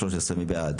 מי בעד